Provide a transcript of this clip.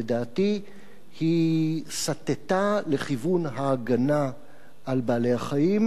לדעתי היא סטתה לכיוון ההגנה על בעלי-החיים,